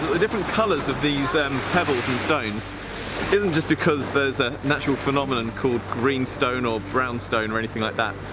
the different colors of these and pebbles and stones isn't because there's a natural phenomenon called green stone or brown stone or anything like that.